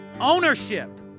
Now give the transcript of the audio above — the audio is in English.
ownership